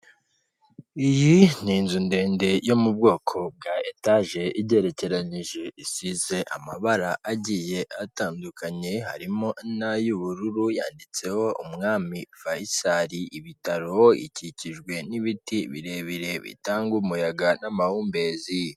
Iyi ni inzu ndende yo mu bwoko bwa etaje igerekeranyije, isize amabara agiye atandukanye harimo n'ay'ubururu, yanditseho Umwami Faisal ibitaro ikikijwe n'ibiti birebire bitanga umuyaga n'amahumbezi.